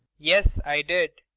yes, i did.